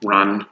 Run